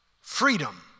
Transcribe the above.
freedom